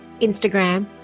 Instagram